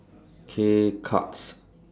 K Cuts